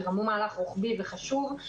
שגם הוא מהלך רוחבי וחשוב.